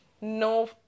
no